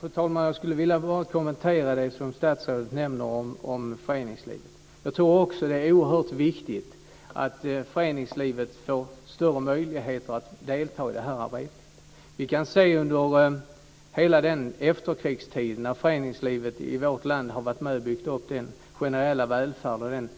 Fru talman! Jag skulle bara vilja kommentera det som statsrådet nämner om föreningslivet. Jag tror också att det är oerhört viktigt att föreningslivet får större möjligheter att delta i det här arbetet. Vi kan se hur föreningslivet under hela efterkrigstiden i vårt land har varit med och byggt upp den generella välfärd och den